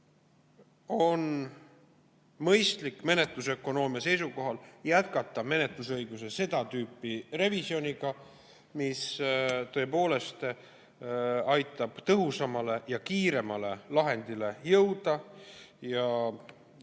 on mõistlik menetlusökonoomia seisukohalt jätkata menetlusõiguse seda tüüpi revisjoniga, mis tõepoolest aitab tõhusamale ja kiiremale lahendile jõuda.